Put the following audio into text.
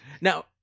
now